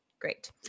great